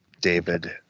David